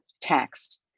text